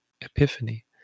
epiphany